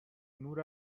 نور